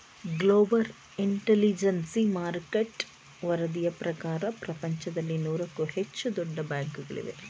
global intelligence market ವರದಿಯ ಪ್ರಕಾರ ಪ್ರಪಂಚದಲ್ಲಿ ನೂರಕ್ಕೂ ಹೆಚ್ಚು ದೊಡ್ಡ ಬ್ಯಾಂಕುಗಳಿವೆ